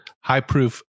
high-proof